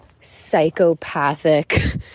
psychopathic